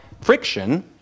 friction